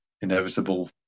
inevitable